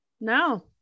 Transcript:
No